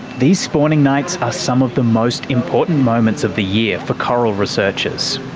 these spawning nights are some of the most important moments of the year for coral researchers.